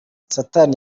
satani